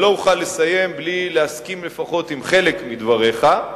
לא אוכל לסיים בלי להסכים לפחות עם חלק מדבריך,